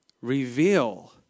reveal